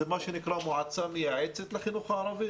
זה מה שנקרא - מועצה מייעצת לחינוך הערבי,